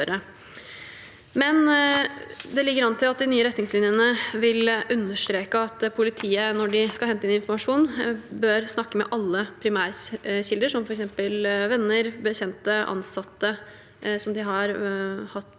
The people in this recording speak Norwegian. imidlertid an til at de nye retningslinjene vil understreke at politiet, når de skal hente inn informasjon, bør snakke med alle primærkilder, som f.eks. venner, bekjente og ansatte, folk de har hatt